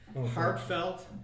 Heartfelt